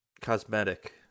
cosmetic